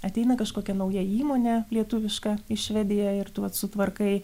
ateina kažkokia nauja įmonė lietuviška į švediją ir tu vat sutvarkai